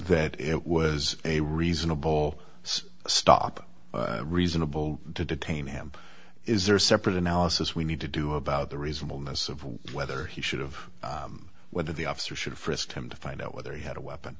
that it was a reasonable stop reasonable to detain him is there a separate analysis we need to do about the reasonable miss of whether he should of whether the officer should frisk him to find out whether he had a weapon